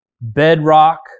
bedrock